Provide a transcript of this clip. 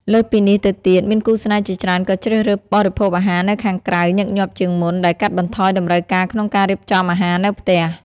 លើសពីនេះទៅទៀតមានគូស្នេហ៍ជាច្រើនក៏ជ្រើសរើស បរិភោគអាហារនៅខាងក្រៅញឹកញាប់ជាងមុន ដែលកាត់បន្ថយតម្រូវការក្នុងការរៀបចំអាហារនៅផ្ទះ។